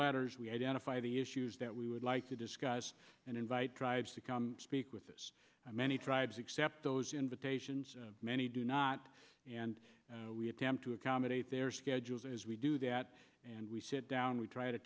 letters we identify the issues that we would like to discuss and invite tribes to come speak with us many tribes accept those invitations many do not and we attempt to accommodate their schedules and as we do that and we sit down we try to